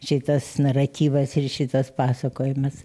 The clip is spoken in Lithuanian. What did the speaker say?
šitas naratyvas ir šitas pasakojimas